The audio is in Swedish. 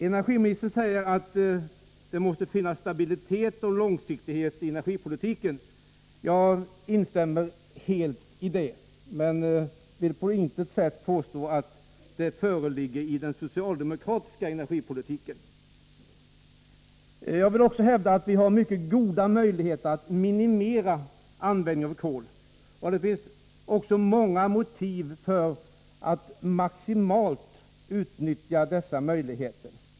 Energiministern säger att det måste finnas stabilitet och långsiktighet i energipolitiken. Jag instämmer helt i det, men kan inte påstå att den socialdemokratiska energipolitiken präglas härav. Vi har goda möjligheter att minimera användningen av kol. Det finns många motiv för att maximalt utnyttja dessa möjligheter.